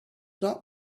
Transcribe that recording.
not